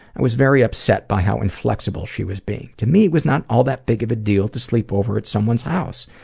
i was very upset by how inflexible she was being. to me, it was not all that big of a deal to sleep over at someone's house,